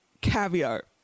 caviar